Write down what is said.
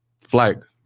flag